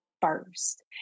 first